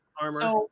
armor